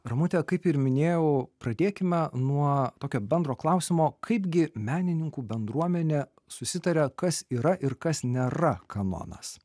ramute kaip ir minėjau pradėkime nuo tokio bendro klausimo kaipgi menininkų bendruomenė susitaria kas yra ir kas nėra kanonas